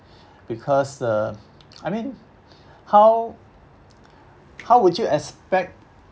because uh I mean how how would you expect